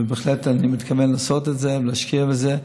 ובהחלט אני מתכוון לעשות את זה, להשקיע בזה,